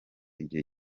igihe